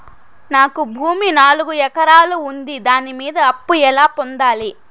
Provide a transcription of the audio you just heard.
నాకు భూమి నాలుగు ఎకరాలు ఉంది దాని మీద అప్పు ఎలా పొందాలి?